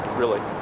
really.